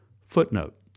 Footnote